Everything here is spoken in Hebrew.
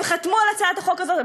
הם חתמו על הצעת החוק הזאת,